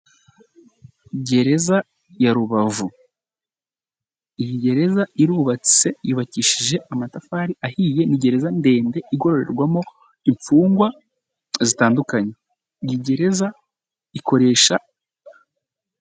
Gereza ya Rubavu, iyi gereza irubatse yubakishije amatafari ahiye, ni gereza ndende igororerwamo imfungwa zitandukanye, ni gereza ikoresha.